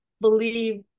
believe